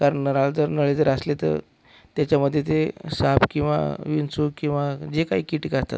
कारण घरात जर नळे जर असले तर त्याच्यामध्ये ते साप किंवा विंचू किंवा जे काही कीटक असतात